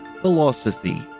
Philosophy